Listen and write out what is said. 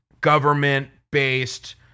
government-based